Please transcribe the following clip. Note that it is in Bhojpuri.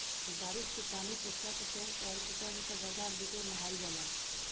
एमे बारिश के पानी के पोखरा, टैंक अउरी छोट मोट गढ्ढा में बिटोर लिहल जाला